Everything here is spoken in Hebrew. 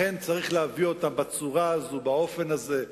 אכן צריך להביא אותן בצורה הזאת, באופן הזה.